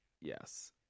Yes